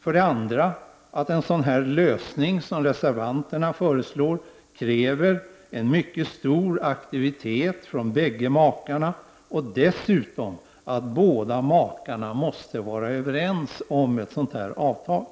för det andra att en sådan lösning som reservanterna föreslår kräver en mycket stor aktivitet från bägge makarna och dessutom att makarna måste vara överens om ett sådant här avtal.